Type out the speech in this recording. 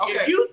okay